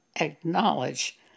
acknowledge